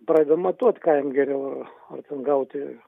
pradeda matuot ką jiem geriau ar ar ten gauti